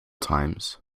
times